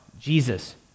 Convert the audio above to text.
Jesus